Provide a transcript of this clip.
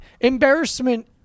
Embarrassment